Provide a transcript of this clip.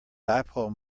dipole